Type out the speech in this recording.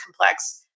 complex